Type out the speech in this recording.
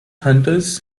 hunters